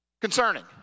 Concerning